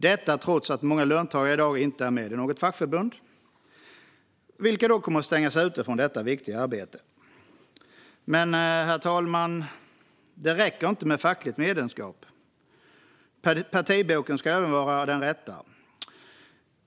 Detta trots att många löntagare i dag inte är med i något fackförbund och då kommer att stängas ute från detta viktiga arbete. Men, herr talman, det räcker inte med fackligt medlemskap. Partiboken ska även vara den rätta.